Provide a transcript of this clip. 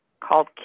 called